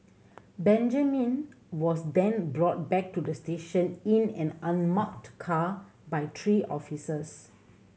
Benjamin was then brought back to the station in an unmarked car by three officers